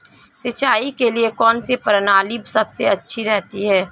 सिंचाई के लिए कौनसी प्रणाली सबसे अच्छी रहती है?